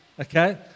Okay